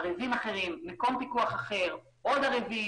ערבים אחרים, מקום פיקוח אחר, עוד ערבים